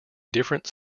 different